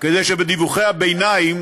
כדי שבדיווחי הביניים